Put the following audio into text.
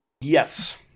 Yes